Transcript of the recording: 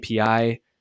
API